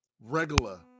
regular